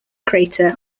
crater